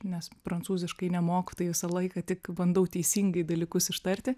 nes prancūziškai nemoku tai visą laiką tik bandau teisingai dalykus ištarti